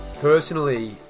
personally